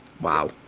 Wow